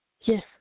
Yes